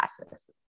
classes